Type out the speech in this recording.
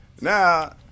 Now